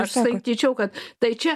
aš sakyčiau kad tai čia